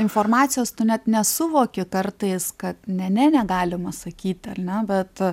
informacijos tu net nesuvoki kartais kad ne ne negalima sakyti ar ne bet